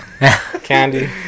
Candy